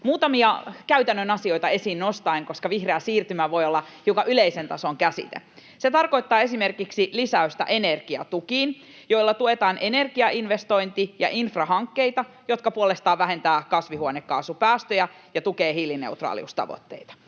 Muutamia käytännön asioita esiin nostan, koska vihreä siirtymä voi olla hiukan yleisen tason käsite: Se tarkoittaa esimerkiksi lisäystä energiatukiin, joilla tuetaan energiainvestointi- ja ‑infrahankkeita, jotka puolestaan vähentävät kasvihuonekaasupäästöjä ja tukevat hiilineutraaliustavoitteita.